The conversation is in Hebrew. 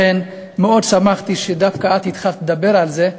לכן מאוד שמחתי שדווקא את התחלת לדבר על זה,